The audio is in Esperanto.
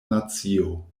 nacio